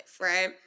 right